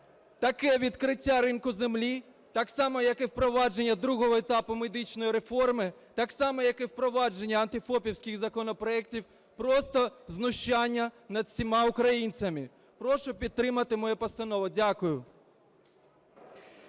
таке відкриття ринку землі, так само, як впровадження другого етапу медичної реформи, так само, як впровадження антифопівських законопроектів, просто знущання над всіма українцями. Прошу підтримати мою постанову. Дякую.